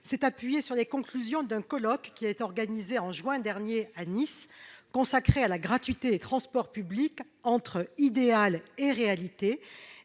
s'est appuyé sur les conclusions d'un colloque organisé en juin dernier à Nice, intitulé « Gratuité des transports publics : entre idéal et réalité